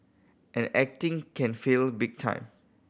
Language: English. and acting can fail big time